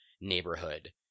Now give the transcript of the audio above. neighborhood